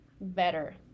better